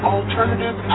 Alternative